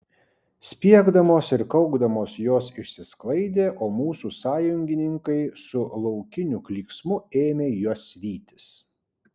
spiegdamos ir kaukdamos jos išsisklaidė o mūsų sąjungininkai su laukiniu klyksmu ėmė jas vytis